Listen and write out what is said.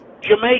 jamaica